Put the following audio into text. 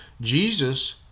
Jesus